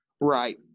Right